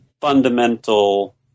fundamental